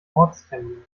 ortstermin